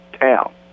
town